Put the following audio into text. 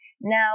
now